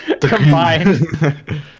combined